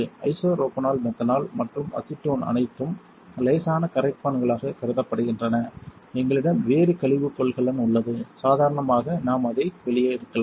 isopropanol methanol மற்றும் acetone அனைத்தும் லேசான கரைப்பான்களாகக் கருதப்படுகின்றன எங்களிடம் வேறு கழிவுக் கொள்கலன் உள்ளது சாதாரணமாக நாம் அதை வெளியே எடுக்கலாம்